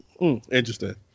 Interesting